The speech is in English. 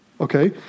okay